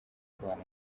kubana